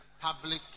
public